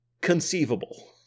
conceivable